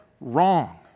wrong